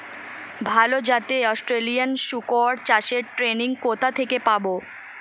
ভালো জাতে অস্ট্রেলিয়ান শুকর চাষের ট্রেনিং কোথা থেকে পাব?